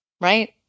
Right